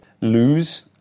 lose